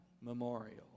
memorial